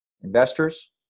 investors